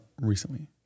recently